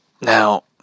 Now